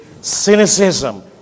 cynicism